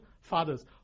fathers